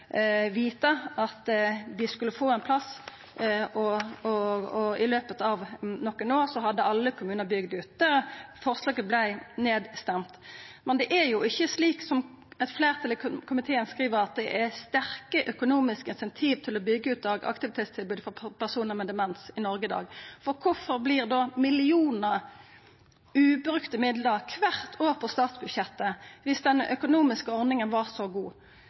at dei skulle få ein plass, og at i løpet av nokre år hadde alle kommunar bygd det ut. Forslaget vart stemt ned. Men det er ikkje slik som eit fleirtal i komiteen skriv, at det er «sterke økonomiske insentiver til å bygge ut dagaktivitetstilbud for personer med demens» i Noreg i dag. Kvifor vert det da kvart år millionar av kroner i ubrukte midlar på statsbudsjettet, dersom den økonomiske ordninga er så god?